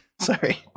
Sorry